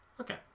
Okay